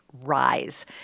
Rise